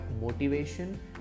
motivation